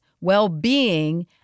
well-being